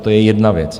To je jedna věc.